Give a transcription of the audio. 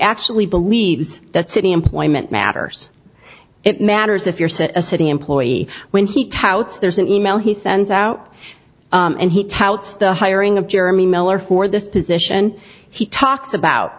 actually believes that city employment matters it matters if you're set a city employee when he touts there's an e mail he sends out and he touts the hiring of jeremy miller for this position he talks about